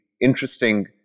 interesting